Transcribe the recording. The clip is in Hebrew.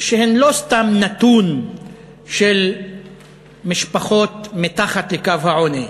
שהן לא סתם נתון של משפחות מתחת לקו העוני,